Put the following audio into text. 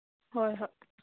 ꯍꯣꯏ ꯍꯣꯏ